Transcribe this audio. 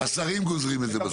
השרים גוזרים את זה בסוף.